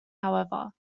however